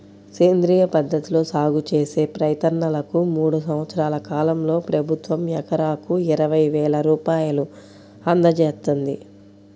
సేంద్రియ పద్ధతిలో సాగు చేసే రైతన్నలకు మూడు సంవత్సరాల కాలంలో ప్రభుత్వం ఎకరాకు ఇరవై వేల రూపాయలు అందజేత్తంది